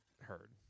heard